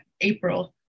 April